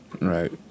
Right